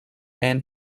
and